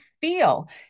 feel